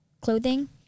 clothing